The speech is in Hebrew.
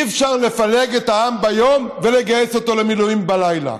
אי-אפשר לפלג את העם ביום ולגייס אותו למילואים בלילה.